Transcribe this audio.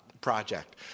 Project